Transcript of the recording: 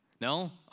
No